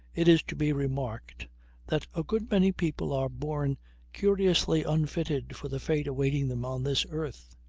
it is to be remarked that a good many people are born curiously unfitted for the fate awaiting them on this earth.